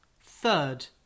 third